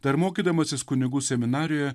dar mokydamasis kunigų seminarijoje